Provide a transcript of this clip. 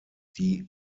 die